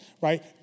right